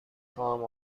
خواهم